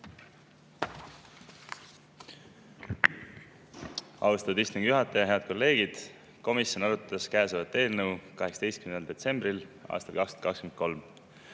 Austatud istungi juhataja! Head kolleegid! Komisjon arutas käesolevat eelnõu 18. detsembril aastal 2023.